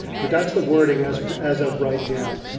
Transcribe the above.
but that's the wording as as of right now,